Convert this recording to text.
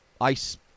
ice